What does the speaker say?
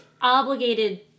obligated